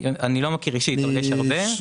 אני לא מכיר אישית אבל יש הרבה.